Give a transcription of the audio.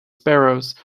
sparrows